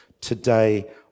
Today